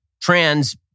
trans